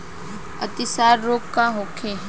अतिसार रोग का होखे?